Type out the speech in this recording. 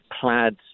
plaid